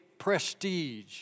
prestige